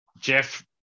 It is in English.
Jeff